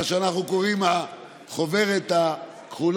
מה שאנחנו קוראים לו החוברת הכחולה,